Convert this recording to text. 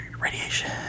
Radiation